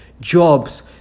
jobs